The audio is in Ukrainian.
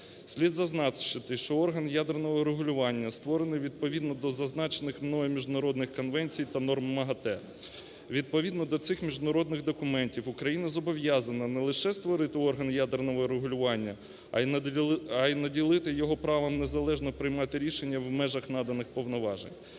Слід зазначити, що орган ядерного регулювання створений відповідно до зазначених мною міжнародних конвенцій та норм МАГАТЕ. Відповідно до цих міжнародних документів Україна зобов'язана не лише створити орган ядерного регулювання, а й наділити його правом незалежно приймати рішення в межах наданих повноважень.